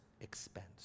expense